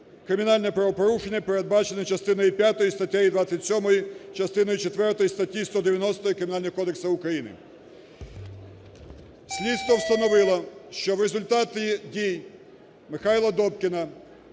кримінальне правопорушення, передбачене частиною п'ятою статті 27, частиною четвертою статті 190 Кримінального кодексу України. Слідство встановило, що в результаті дій Михайла Добкіна